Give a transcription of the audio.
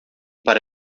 para